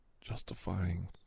justifying